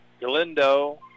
Galindo